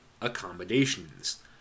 accommodations